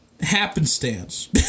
Happenstance